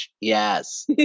yes